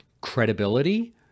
credibility